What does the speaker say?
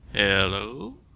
Hello